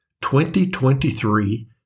2023